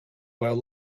while